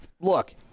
look